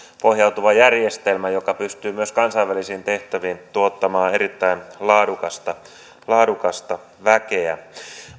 pohjautuva järjestelmä joka pystyy myös kansainvälisiin tehtäviin tuottamaan erittäin laadukasta laadukasta väkeä